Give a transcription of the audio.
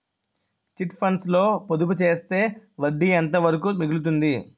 Chit funds లో పొదుపు చేస్తే వడ్డీ ఎంత వరకు మిగులుతుంది?